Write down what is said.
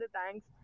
thanks